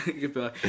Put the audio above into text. Goodbye